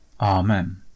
Amen